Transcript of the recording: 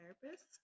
Therapist